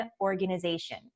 organization